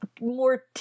more